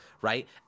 right